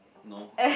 no